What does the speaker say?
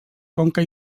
conca